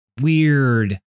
weird